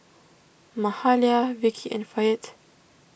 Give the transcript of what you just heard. Mahalia Vicki and Fayette